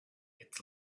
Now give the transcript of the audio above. its